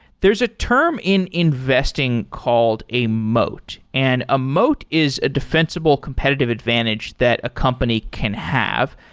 there is a term in investing called a moat, and a moat is a defensible competitive advantage that a company can have.